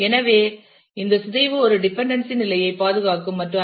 எனவே இந்த சிதைவு ஒரு டிபன்டென்சீ நிலையை பாதுகாக்கும் மற்றும் ஐ